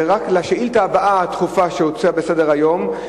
לשאילתא הבאה הדחופה שהוצעה בסדר-היום,